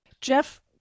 Jeff